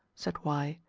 said y,